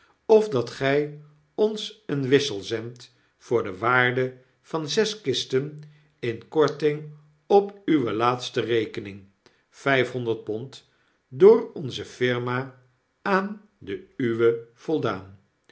of dat gjj ons een wissel zendt voor de waarde van zes kisten in korting op uwe laatste rekening vijfhonderd pond door onze firma aan de uwe voldaan